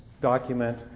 document